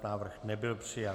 Návrh nebyl přijat.